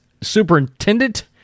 Superintendent